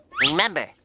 Remember